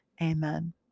Amen